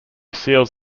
seals